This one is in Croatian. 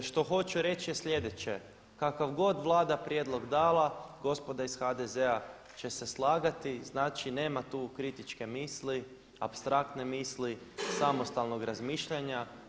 Što hoću reći je sljedeće, kakav god Vlada prijedlog dala gospoda iz HDZ-a će se slagati i znači nema tu kritične misli, apstraktne misli, samostalnog razmišljanja.